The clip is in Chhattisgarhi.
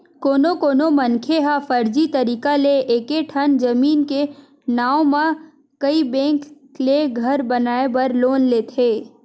कोनो कोनो मनखे ह फरजी तरीका ले एके ठन जमीन के नांव म कइ बेंक ले घर बनाए बर लोन लेथे